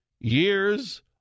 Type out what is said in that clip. years